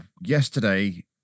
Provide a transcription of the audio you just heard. yesterday